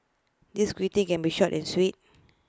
this greeting can be short and sweet